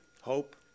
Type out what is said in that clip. hope